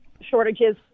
shortages